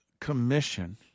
Commission